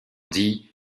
dit